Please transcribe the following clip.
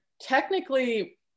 technically